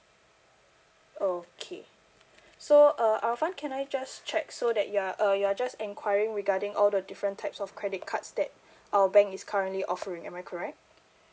okay so uh arfan can I just check so that you are uh you are just enquiry regarding all the different types of credit cards that our bank is currently offering am I correct